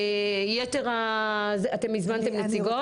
יתר הזה, אתם הזמנתם נציגות?